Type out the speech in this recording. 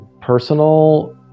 personal